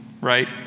Right